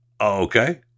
okay